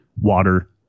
water